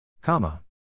Comma